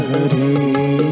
Hari